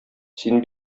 син